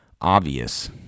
obvious